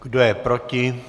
Kdo je proti?